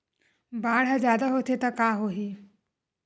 बाढ़ ह जादा होथे त का होही?